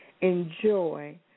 Enjoy